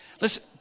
Listen